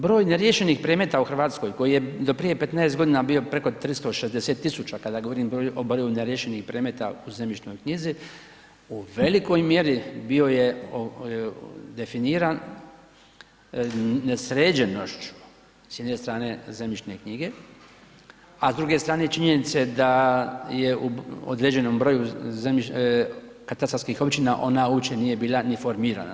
Broj neriješenih predmeta u Hrvatskoj koji do prije 15 godina bio preko 360.000 kada govorim o broju neriješenih predmeta u zemljišnoj knjizi, u velikoj mjeri bio je definiran nesređenošću s jedne strane zemljišne knjige, a s druge strane činjenice da je u određenom broju katastarskih općina ona uopće nije bila ni formirana.